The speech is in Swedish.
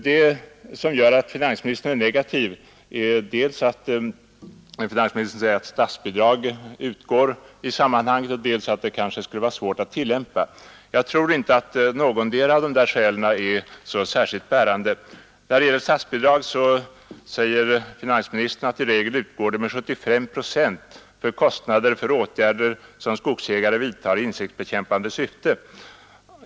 Det som gör att finansministern ställer sig negativ är dels att statsbidrag utgår i sammanhanget, dels att det kanske skulle vara svårt att tillämpa det föreslagna systemet. Jag tror inte att någotdera skälet är särskilt bärande. Finansministern säger att statsbidrag i regel utgår med 75 procent av kostnaderna för åtgärder som skogsägare vidtar i insektsbekämpande syfte.